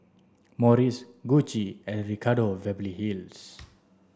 Morries Gucci and Ricardo Beverly Hills